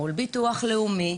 מול הביטוח הלאומי,